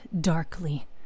darkly